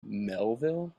melville